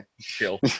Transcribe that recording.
Chill